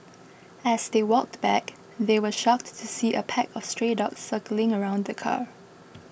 as they walked back they were shocked to see a pack of stray dogs circling around the car